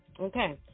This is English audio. Okay